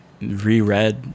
reread